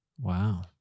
Wow